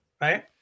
Right